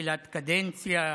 בתחילת קדנציה,